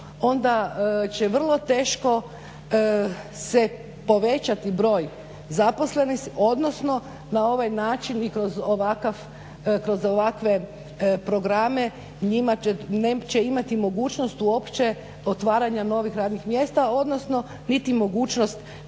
onda će vrlo teško se povećati broj zaposlenih odnosno na ovaj način i kroz ovakve programe neće imati mogućnost uopće otvaranja novih radnih mjesta odnosno niti mogućnost